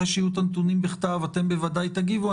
אחרי שיהיו הנתונים בכתב אתם בוודאי תגיבו.